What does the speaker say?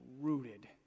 rooted